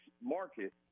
market